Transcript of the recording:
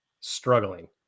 struggling